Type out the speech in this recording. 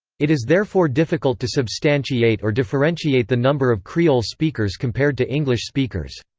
it is therefore difficult to substantiate or differentiate the number of creole speakers compared to english speakers.